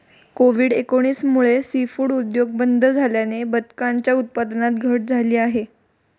Covid एकोणीस मुळे seafood उद्योग बंद झाल्याने बदकांच्या उत्पादनात घट झाली आहे